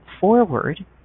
forward